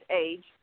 age